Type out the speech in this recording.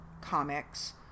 comics